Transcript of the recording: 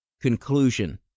Conclusion